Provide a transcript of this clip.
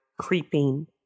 creeping